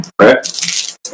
Right